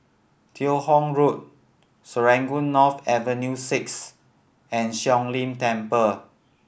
Teo Hong Road Serangoon North Avenue Six and Siong Lim Temple